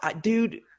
Dude